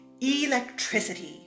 electricity